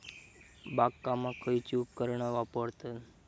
बागकामाक खयची उपकरणा वापरतत?